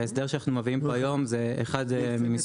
ההסדר שאנחנו מביאים היום הוא אחד ממספר